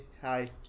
hi